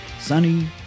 sunny